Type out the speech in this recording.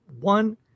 one